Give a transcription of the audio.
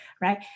right